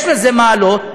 יש לזה מעלות,